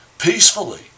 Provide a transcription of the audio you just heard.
peacefully